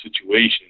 situation